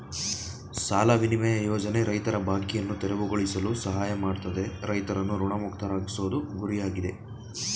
ಸಾಲ ವಿನಿಮಯ ಯೋಜನೆ ರೈತರ ಬಾಕಿಯನ್ನು ತೆರವುಗೊಳಿಸಲು ಸಹಾಯ ಮಾಡ್ತದೆ ರೈತರನ್ನು ಋಣಮುಕ್ತರಾಗ್ಸೋದು ಗುರಿಯಾಗಿದೆ